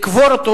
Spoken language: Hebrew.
לקבור אותו,